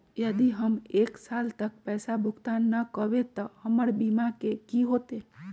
यदि हम एक साल तक पैसा भुगतान न कवै त हमर बीमा के की होतै?